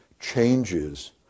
changes